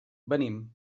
venim